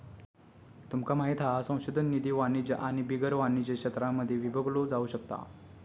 तुमका माहित हा संशोधन निधी वाणिज्य आणि बिगर वाणिज्य क्षेत्रांमध्ये विभागलो जाउ शकता